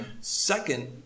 Second